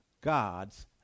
god's